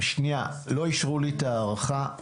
רגע, לא אישרו לי את ההארכה.